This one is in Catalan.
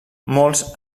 molts